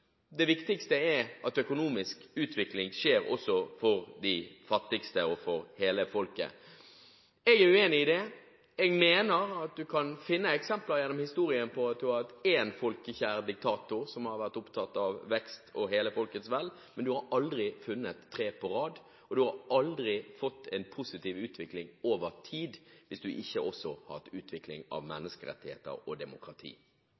det viktigste er at økonomisk utvikling skjer også for de fattigste og for hele folket. Jeg er uenig i dette. Du kan nok finne eksempler gjennom historien på at du har hatt én folkekjær diktator, som har vært opptatt av vekst og hele folkets ve og vel, men du har aldri funnet tre på rad, og du har aldri fått en positiv utvikling over tid hvis du ikke også har hatt utvikling av menneskerettigheter og demokrati.